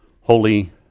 Holy